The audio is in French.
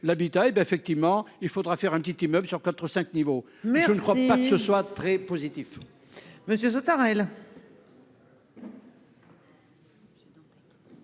l'habitat et ben effectivement il faudra faire un petit immeuble sur 4 5 niveaux mais je ne crois pas que ce soit très positif.